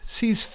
sees